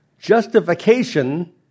Justification